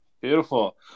beautiful